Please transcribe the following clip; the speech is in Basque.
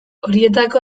horietako